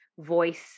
voice